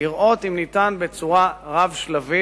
לראות אם ניתן בצורה רב-שלבית